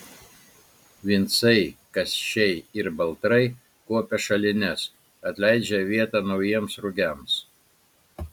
vincai kasčiai ir baltrai kuopia šalines atleidžia vietą naujiems rugiams